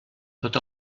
tot